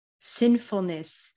sinfulness